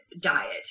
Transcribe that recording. diet